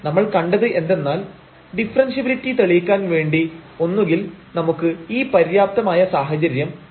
അപ്പോൾ നമ്മൾ കണ്ടത് എന്തെന്നാൽ ഡിഫറെൻഷ്യബിലിറ്റി തെളിയിക്കാൻ വേണ്ടി ഒന്നുകിൽ നമുക്ക് ഈ പര്യാപ്തമായ സാഹചര്യം ഉപയോഗിക്കാം